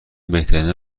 بهترینا